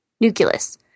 nucleus